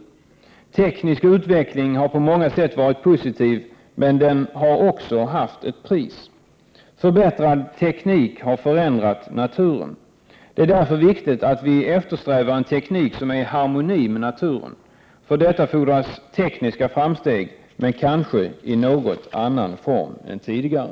Den tekniska utvecklingen har på många sätt varit positiv, men den har också haft ett pris. Förbättrad teknik har förändrat naturen. Det är därför viktigt att vi eftersträvar en teknik som är i harmoni med naturen. För detta fordras tekniska framsteg men kanske i någon annan form än tidigare.